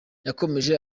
yakomeje